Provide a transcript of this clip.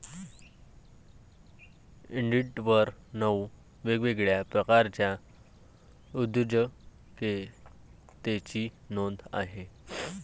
इंडिडवर नऊ वेगवेगळ्या प्रकारच्या उद्योजकतेची नोंद आहे